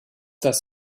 das